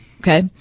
Okay